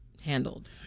handled